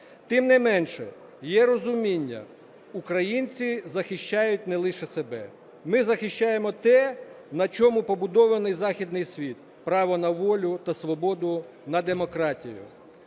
Тим не менше є розуміння: українці захищають не лише себе, ми захищаємо те, на чому побудований західний світ – право на волю та свободу, на демократію.